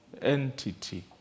entity